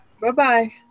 Bye-bye